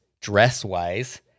dress-wise